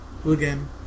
again